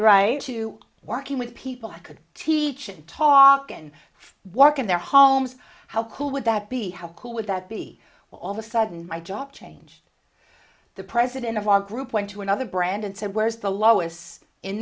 thing to working with people who could teach and talk and work in their homes how cool would that be how cool would that be were all of a sudden my job change the president of our group went to another brand and said where's the lois in